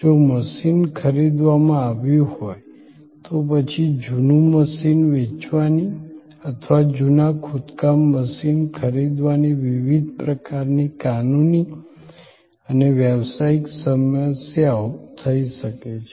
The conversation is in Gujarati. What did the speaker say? જો મશીન ખરીદવામાં આવ્યું હોય તો પછી જુનું મશીન વેચવાની અથવા જુના ખોદકામ મશીન ખરીદવાની વિવિધ પ્રકારની કાનૂની અને વ્યવસાયિક સમસ્યાઓ થઈ શકે છે